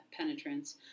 penetrance